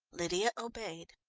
lydia obeyed.